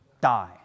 die